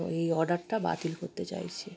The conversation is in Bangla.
ওই অর্ডারটা বাতিল করতে চাইছি